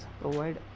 provide